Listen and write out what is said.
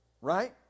Right